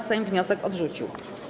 Sejm wniosek odrzucił.